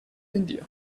pendio